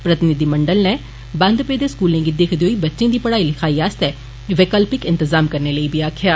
प्रतिनिधिमंडल नै बंद पेदे स्कूलें गी दिक्खदे होई बच्चें दी पढ़ाई लिखाई आस्तै वैकल्पिक इन्तज़ाम करनें लेई आक्खेआ